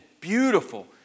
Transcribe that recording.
beautiful